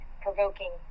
provoking